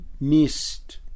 missed